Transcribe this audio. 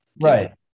Right